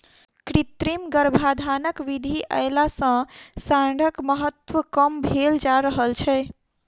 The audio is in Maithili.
कृत्रिम गर्भाधानक विधि अयला सॅ साँढ़क महत्त्व कम भेल जा रहल छै